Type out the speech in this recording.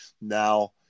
Now